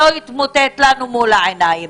לא יתמוטט לנו מול העיניים?